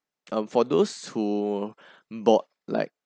um for those who bought like